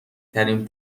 ترین